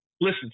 listen